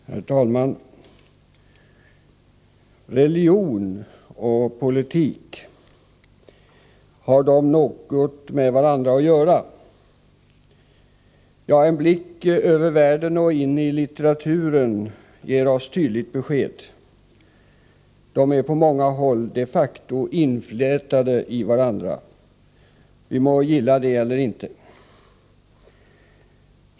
Herr talman! Religion och politik — har de något med varandra att göra? En blick över världen och in i litteraturen ger oss tydligt besked. De är på många håll de facto inflätade i varandra, vi må gilla det eller inte.